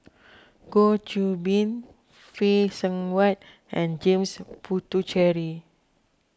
Goh Qiu Bin Phay Seng Whatt and James Puthucheary